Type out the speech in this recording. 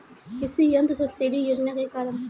कृषि यंत्र सब्सिडी योजना के कारण?